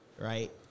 right